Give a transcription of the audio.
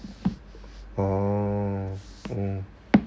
orh mm